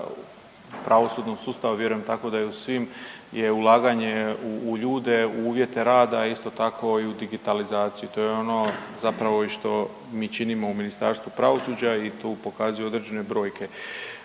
a vjerujem tako da je i u svim je ulaganje u ljude, u uvjete rada, a isto tako i u digitalizaciju. To je ono zapravo što i mi činimo u Ministarstvu pravosuđa i to pokazuju određene brojke.